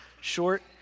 short